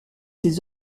ses